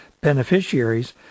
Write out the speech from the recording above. beneficiaries